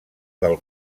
del